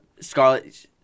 Scarlett